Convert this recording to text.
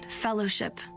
fellowship